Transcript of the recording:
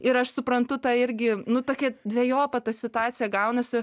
ir aš suprantu tą irgi nu tokia dvejopa ta situacija gaunasi